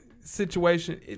situation